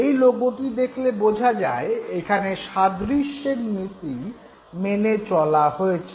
এই লোগোটি দেখলে বোঝা যায় এখানে সাদৃশ্যের নীতি মেনে চলা হয়েছে